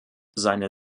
seine